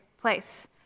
place